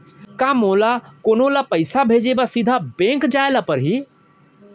का मोला कोनो ल पइसा भेजे बर सीधा बैंक जाय ला परही?